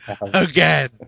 Again